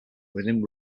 within